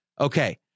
Okay